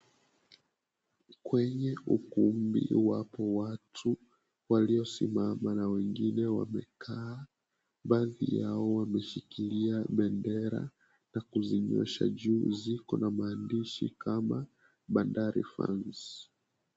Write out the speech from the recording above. Kwenye ukumbi wapo watu, waliosimama na wengine wamekaa. Baadhi yao wameshikilia bendera, na kuzinyoosha juu. Ziko na maandishi kama, Bandari Fans.